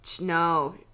no